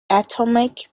atomic